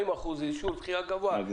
40% זה אישור דחיה גבוה.